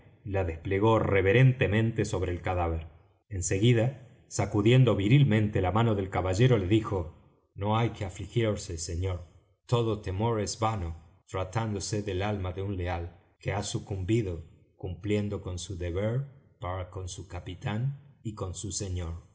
la desplegó reverentemente sobre el cadáver en seguida sacudiendo virilmente la mano del caballero le dijo no hay que afligirse señor todo temor es vano tratándose del alma de un leal que ha sucumbido cumpliendo con su deber para con su capitán y con su señor